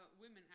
women